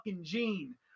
gene